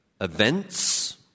events